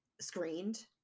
screened